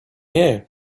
here